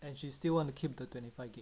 and she still want to keep the twenty five gig